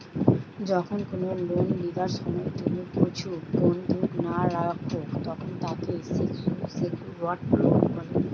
যখন কুনো লোন লিবার সময় তুমি কিছু বন্ধক না রাখো, তখন তাকে সেক্যুরড লোন বলে